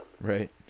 Right